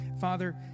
Father